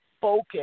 focus